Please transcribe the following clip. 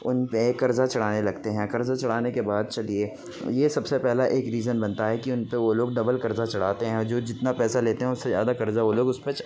ان پہ قرضہ چڑھانے لگتے ہیں قرضہ چڑھانے کے بعد چلیے یہ سب سے پہلا ایک ریزن بنتا ہے کہ ان پہ وہ لوگ ڈبل قرضہ چڑھاتے ہیں اور جو جتنا پیسہ لیتے ہیں اس سے زیادہ قرضہ وہ لوگ اس پہ چہ